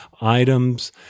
items